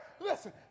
Listen